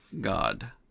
God